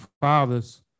father's